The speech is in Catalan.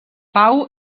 pau